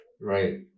Right